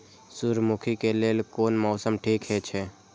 सूर्यमुखी के लेल कोन मौसम ठीक हे छे?